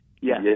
yes